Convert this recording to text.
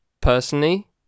personally